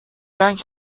رنگ